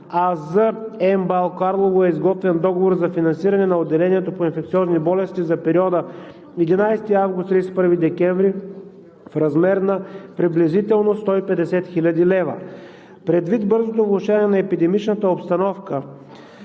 за МБАЛ – Карлово, е изготвен договор за финансиране на отделението по инфекциозни болести за периода 11 август – 31 декември, в размер на приблизително 150 хил. лв. Предвид бързото влошаване на епидемичната обстановка